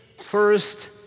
first